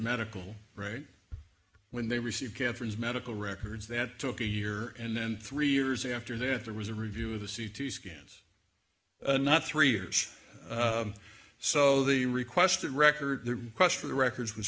medical right when they received catherine's medical records that took a year and then three years after that there was a review of a c t scans not three years so the requested record request for the records was